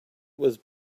was